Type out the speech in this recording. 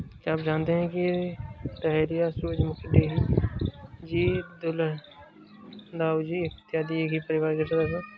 क्या आप जानते हैं कि डहेलिया, सूरजमुखी, डेजी, गुलदाउदी इत्यादि एक ही परिवार के सदस्य हैं